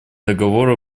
договора